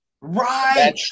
Right